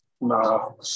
No